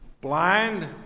blind